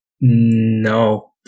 no